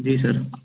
जी sir